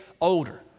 older